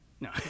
no